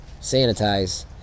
sanitize